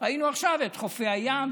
ראינו עכשיו את חופי הים,